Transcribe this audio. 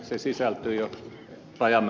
se sisältyi jo ajan